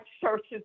churches